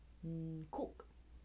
mm cook